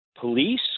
police